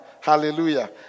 Hallelujah